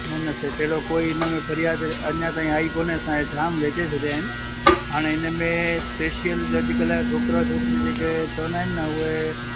न न सेठ अहिड़ो कोई इनमें फ़र्याद अञा ताईं आई कोन्हे असांजे इहे जाम बेचे छॾिया आहिनि हाणे इनमें स्पेशियल जो अॼुकल्ह छोकिरा छोकिरी जेके चवंदा आहिनि न उहे